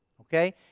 okay